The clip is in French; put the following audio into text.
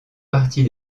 partie